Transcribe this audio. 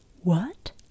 What